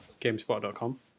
GameSpot.com